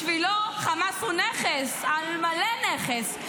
בשבילו חמאס הוא נכס, על מלא נכס.